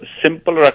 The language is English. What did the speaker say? simple